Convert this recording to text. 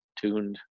tuned